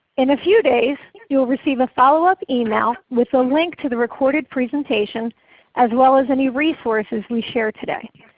in a few days you will receive a follow-up email with a link to the recorded presentation as well as any resources we share today,